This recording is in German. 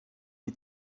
die